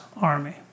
army